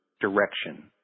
direction